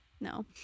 No